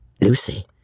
Lucy